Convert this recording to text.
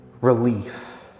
relief